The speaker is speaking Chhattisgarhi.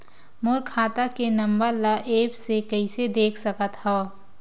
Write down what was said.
मोर खाता के नंबर ल एप्प से कइसे देख सकत हव?